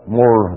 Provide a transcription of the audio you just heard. more